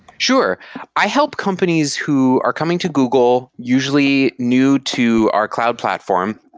sure i help companies who are coming to google, usually new to our cloud platform,